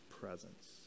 presence